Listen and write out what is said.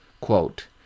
Quote